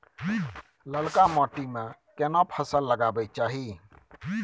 ललका माटी में केना फसल लगाबै चाही?